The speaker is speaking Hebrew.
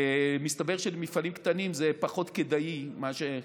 מסתבר שלמפעלים קטנים זה פחות כדאי מאשר